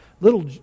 little